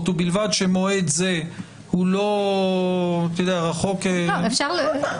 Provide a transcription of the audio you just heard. ובלבד שמועד זה הוא לא רחוק --- קודם כול,